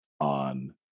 on